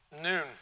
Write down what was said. noon